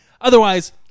otherwise